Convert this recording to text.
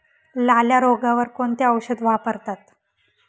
लाल्या रोगावर कोणते औषध वापरतात?